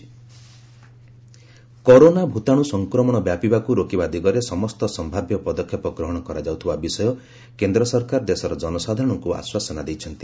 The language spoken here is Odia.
ବର୍ଦ୍ଧନ କରୋନା ମିଟିଂ କରୋନା ଭୂତାଣୁ ସଂକ୍ରମଣ ବ୍ୟାପିବାକୁ ରୋକିବା ଦିଗରେ ସମସ୍ତ ସମ୍ଭାବ୍ୟ ପଦକ୍ଷେପ ଗ୍ରହଣ କରାଯାଉଥିବା ବିଷୟ କେନ୍ଦ୍ର ସରକାର ଦେଶର ଜନସାଧାରଣଙ୍କୁ ଆଶ୍ୱାସନା ଦେଇଛନ୍ତି